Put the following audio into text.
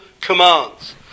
commands